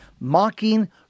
mocking